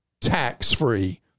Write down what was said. tax-free